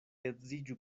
edziĝu